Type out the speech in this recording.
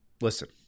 Listen